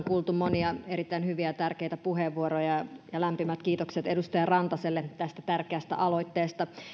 kuultu monia erittäin hyviä ja tärkeitä puheenvuoroja ja lämpimät kiitokset edustaja rantaselle tästä tärkeästä aloitteesta